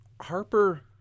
Harper